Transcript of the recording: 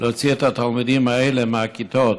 להוציא את התלמידים האלה מהכיתות,